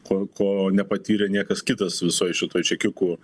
ko ko nepatyrė niekas kitas visoj šitoj čekiukų